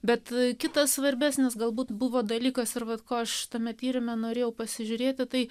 bet kitas svarbesnis galbūt buvo dalykas ir bet kuo aš tame tyrime norėjau pasižiūrėti tai